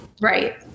Right